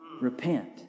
Repent